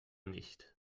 nicht